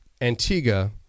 Antigua